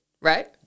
right